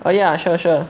oh ya sure sure